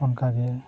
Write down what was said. ᱚᱱᱠᱟᱜᱮ